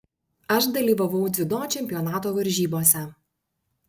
aš dalyvavau dziudo čempionato varžybose